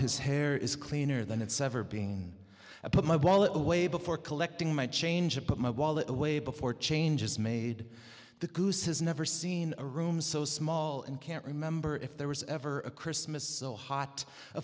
his hair is cleaner than it's ever being i put my wallet away before collecting my change but my wallet away before changes made the goose has never seen a room so small and can't remember if there was ever a christmas so hot